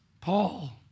Paul